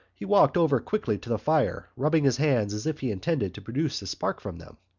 he walked over quickly to the fire, rubbing his hands as if he intended to produce a spark from them.